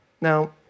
Now